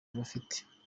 abafite